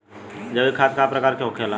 जैविक खाद का प्रकार के होखे ला?